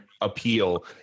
appeal